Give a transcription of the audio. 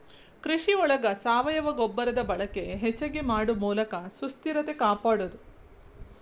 ಕೃಷಿ ಒಳಗ ಸಾವಯುವ ಗೊಬ್ಬರದ ಬಳಕೆ ಹೆಚಗಿ ಮಾಡು ಮೂಲಕ ಸುಸ್ಥಿರತೆ ಕಾಪಾಡುದು